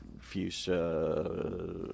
fuchsia